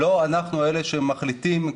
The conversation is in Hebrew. לא אנחנו אלה שמחליטים,